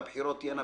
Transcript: והבחירות תהיינה,